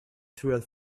through